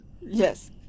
Yes